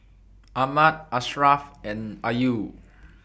Ahmad Ashraff and Ayu